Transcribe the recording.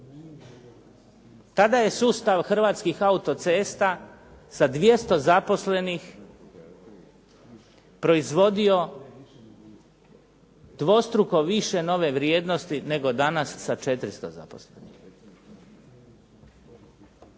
Tada je sustav Hrvatskih autocesta sa 200 zaposlenih proizvodio dvostruko više nove vrijednosti nego danas sa 400 zaposlenih.